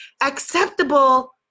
Acceptable